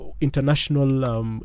International